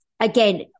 Again